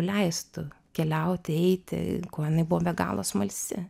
leistų keliauti eiti kuo jinai buvo be galo smalsi